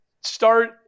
start